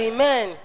Amen